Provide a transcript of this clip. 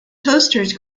toasters